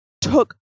took